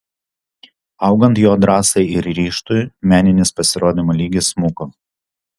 augant jo drąsai ir ryžtui meninis pasirodymo lygis smuko